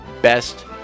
Best